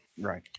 Right